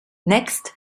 next